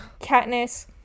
Katniss